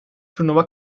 turnuva